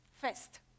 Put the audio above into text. first